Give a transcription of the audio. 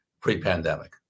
pre-pandemic